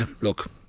look